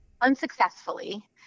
unsuccessfully